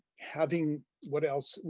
having what else?